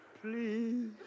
Please